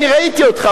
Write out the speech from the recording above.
אני ראיתי אותך.